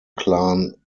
clan